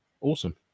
Awesome